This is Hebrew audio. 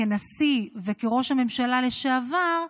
כנשיא וכראש הממשלה לשעבר,